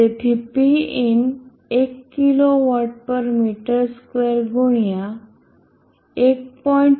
તેથી Pin એક kilowatt per metre square ગુણ્યા 1